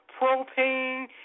propane